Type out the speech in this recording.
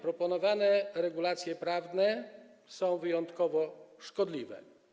Proponowane regulacje prawne są wyjątkowo szkodliwe.